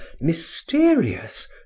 mysterious